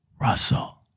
Russell